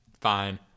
fine